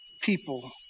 people